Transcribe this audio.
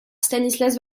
stanislas